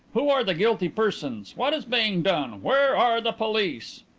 who are the guilty persons? what is being done? where are the police?